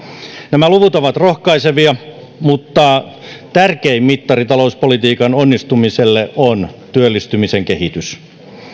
nämä luvut ovat rohkaisevia mutta tärkein mittari talouspolitiikan onnistumiselle on työllistymisen kehitys